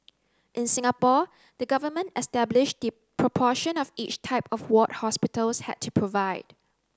in Singapore the government established the proportion of each type of ward hospitals had to provide